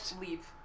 leave